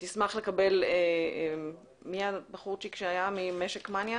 שהיא תשמח לקבל הזמנה לבקר במשק מניה